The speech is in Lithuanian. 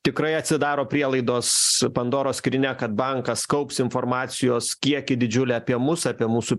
tikrai atsidaro prielaidos pandoros skrynia kad bankas kaups informacijos kiekį didžiulį apie mus apie mūsų